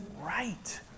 right